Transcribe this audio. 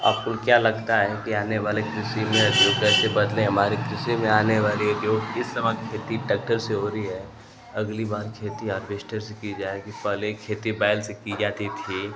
आपको क्या लगता है कि आने वाले कृषि में कम्पुटर के बदले हमारे कृषि में आने वाले उपयोग इस समय खेती ट्रैक्टर से हो रही है अगली बार खेती एम्बेस्डर से की जाएगी पहले खेती बैल से की जाती थी